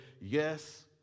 yes